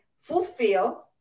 fulfill